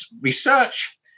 research